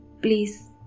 Please